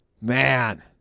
man